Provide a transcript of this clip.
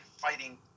fighting